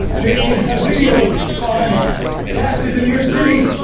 making a video on taxes in your city,